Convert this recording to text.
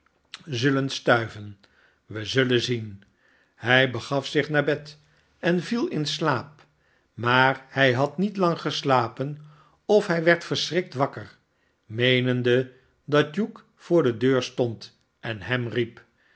zullen stuiven wij zullen zien hij begaf zich naar bed en viel in slaap maar hij had niet lang geslapen of hij werd verschrikt wakker meenende dat hugh voor de deur stond en hem riep